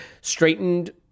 straightened